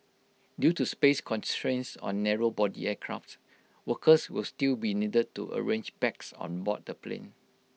due to space constraints on narrow body aircraft workers will still be needed to arrange bags on board the plane